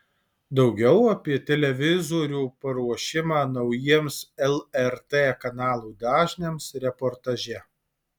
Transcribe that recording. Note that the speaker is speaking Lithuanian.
daugiau apie televizorių paruošimą naujiems lrt kanalų dažniams reportaže